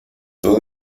todo